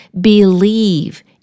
Believe